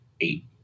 eight